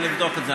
לבדוק את זה.